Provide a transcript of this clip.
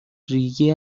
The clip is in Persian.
ریگی